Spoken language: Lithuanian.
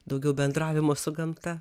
daugiau bendravimo su gamta